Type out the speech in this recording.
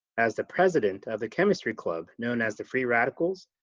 as the president of the chemistry club, known as the free radicals,